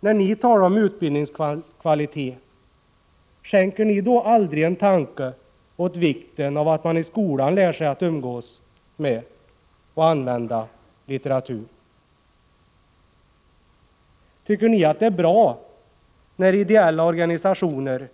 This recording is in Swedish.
När ni talar om utbildningskvalitet, skänker ni då aldrig en tanke åt vikten av att man i skolan lär sig att umgås med och använda litteratur? Tycker ni att det är bra när ideella organisationer